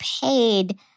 paid